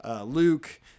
Luke